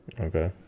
Okay